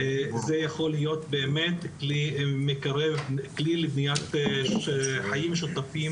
זה יכול להיות באמת כלי לבניית חיים משותפים